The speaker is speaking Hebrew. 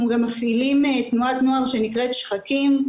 אנחנו גם מפעילים תנועת נוער שנקראת "שחקים",